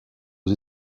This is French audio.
aux